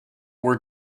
were